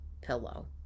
pillow